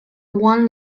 one